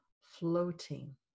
floating